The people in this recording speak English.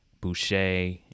Boucher